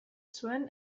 zuen